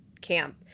camp